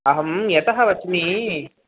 अहं यतः वच्मि